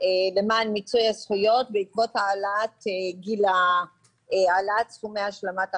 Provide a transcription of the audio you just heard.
למען מיצוי הזכויות בעקבות העלאת סכומי השלמת ההכנסה.